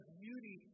beauty